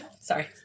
sorry